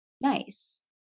nice